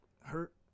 hurt